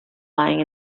lying